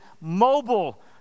mobile